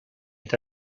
est